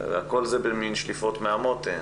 והכול נעשה בשליפות מהמותן.